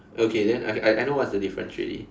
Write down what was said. okay then I I I know what's the difference already